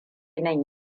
nan